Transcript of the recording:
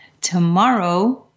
Tomorrow